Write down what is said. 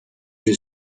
you